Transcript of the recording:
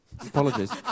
Apologies